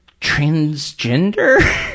transgender